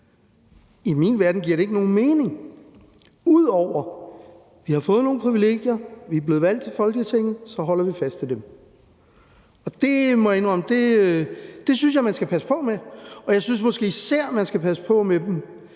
I min verden giver det ikke nogen mening, ud over at vi har fået nogle privilegier, i og med vi er blevet valgt til Folketinget, og så holder vi fast ved dem. Det må jeg indrømme at jeg synes man skal passe på med, og jeg synes måske især, at man skal passe på med det,